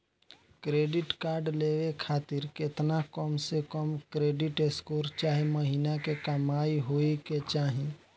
Credit card लेवे खातिर केतना कम से कम क्रेडिट स्कोर चाहे महीना के कमाई होए के चाही?